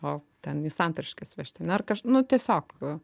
o ten į santariškes vežti ane ar kaž nu tiesiog